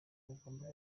ugomba